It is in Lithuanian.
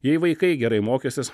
jei vaikai gerai mokysis